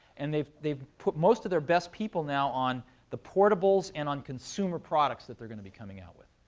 and they've they've put most of their best people now on the portables and on consumer products that they're going to be coming out with.